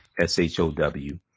S-H-O-W